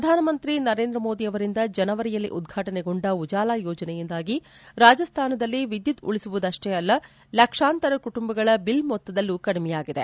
ಪ್ರಧಾನಮಂತ್ರಿ ನರೇಂದ್ರಮೋದಿಯವರಿಂದ ಜನವರಿಯಲ್ಲಿ ಉದ್ವಾಟನೆಗೊಂಡ ಉಜಾಲಾ ಯೋಜನೆಯಿಂದಾಗಿ ರಾಜ್ತಾನದಲ್ಲಿ ವಿದ್ಯುತ್ ಉಳಿಸುವುದಷ್ಟೇ ಅಲ್ಲ ಲಕ್ಷಾಂತರ ಕುಟುಂಬಗಳ ಬಿಲ್ ಮೊತ್ತದಲ್ಲೂ ಕಡಿಮೆಯಾಗಿದೆ